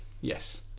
Yes